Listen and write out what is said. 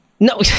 No